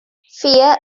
fear